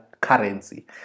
currency